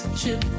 trip